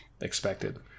expected